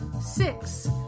six